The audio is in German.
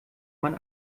man